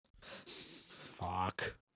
Fuck